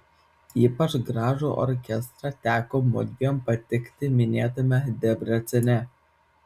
ypač gražų orkestrą teko mudviem patikti minėtame debrecene